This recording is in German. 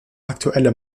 aktuelle